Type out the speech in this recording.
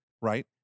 right